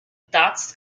dot